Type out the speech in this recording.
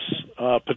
potential